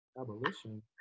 Abolition